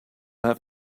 have